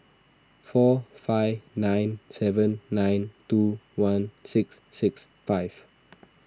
four five nine seven nine two one six six five